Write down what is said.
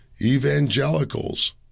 evangelicals